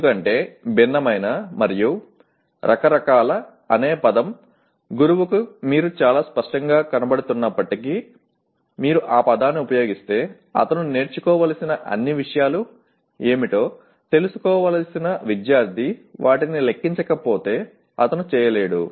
ఎందుకంటే "భిన్నమైన" మరియు "రకరకాల"వేరియస్ అనే పదం గురువుకు మీరు చాలా స్పష్టంగా కనబడుతున్నప్పటికీ మీరు ఆ పదాన్ని ఉపయోగిస్తే అతను నేర్చుకోవలసిన అన్ని విషయాలు ఏమిటో తెలుసుకోవలసిన విద్యార్థి వాటిని లెక్కించకపోతే అతను చేయలేడు